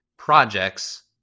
Projects